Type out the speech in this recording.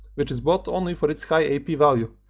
which is bought only for its high ap value,